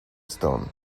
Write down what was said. stone